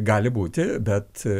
gali būti bet